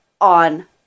on